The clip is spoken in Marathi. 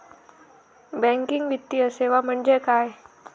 बँकिंग वित्तीय सेवा म्हणजे काय?